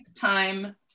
time